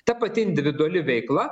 ta pati individuali veikla